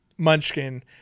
Munchkin